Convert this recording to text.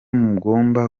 mugomba